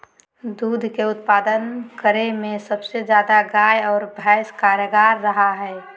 दूध के उत्पादन करे में सबसे ज्यादा गाय आरो भैंस कारगार रहा हइ